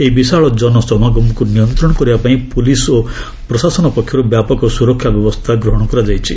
ଏହି ବିଶାଳ ଜନସମାଗମକୁ ନିୟନ୍ତ୍ରଣ କରିବା ପାଇଁ ପୁଲିସ୍ ଓ ପ୍ରଶାସନ ପକ୍ଷରୁ ବ୍ୟାପକ ସୁରକ୍ଷା ବ୍ୟବସ୍ଥା ଗ୍ରହଣ କରାଯାଇଛି